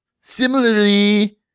Similarly